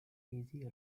easy